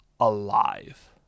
alive